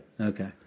Okay